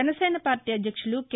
Janasena party అధ్యక్తులు K